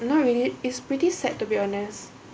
not really it's pretty sad to be honest